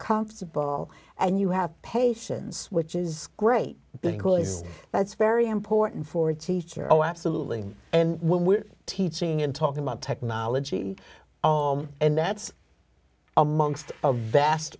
comfortable and you have patience which is great because that's very important for a teacher oh absolutely and when we're teaching and talking about technology and that's amongst a vast